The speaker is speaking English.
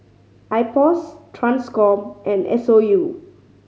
IPOS Transcom and S O U